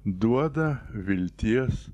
duoda vilties